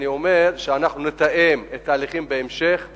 אני אומר שאנחנו נתאם את ההליכים בהמשך בוועדות.